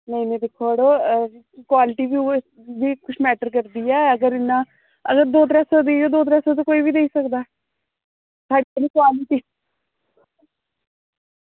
नेईं नेईं मड़ो कुछ क्वालिटी बी मैटर करदी ऐ अगर अगर दौ त्रै सौ दी ते दौ त्रै सौ दी ते कोई बी देई सकदा ऐ